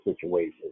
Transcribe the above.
situations